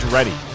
Ready